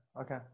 okay